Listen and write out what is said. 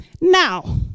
Now